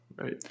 Right